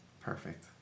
perfect